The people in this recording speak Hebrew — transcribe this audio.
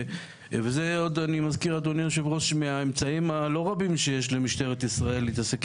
ואני מזכיר שזה עוד מהאמצעים הלא-רבים שיש למשטרת ישראל להתעסק